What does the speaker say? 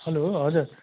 hello हजुर